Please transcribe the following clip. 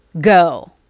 go